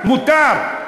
מותר.